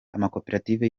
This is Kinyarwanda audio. amakoperative